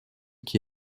qui